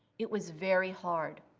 it was very hard.